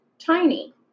tiny